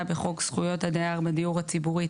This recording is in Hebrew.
בחוק זכויות הדייר בדיור הציבורי,